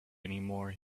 anymore